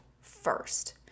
first